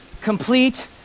complete